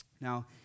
Now